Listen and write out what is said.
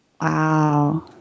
wow